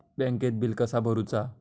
बँकेत बिल कसा भरुचा?